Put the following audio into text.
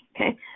okay